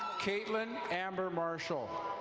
caitlyn amber marshall.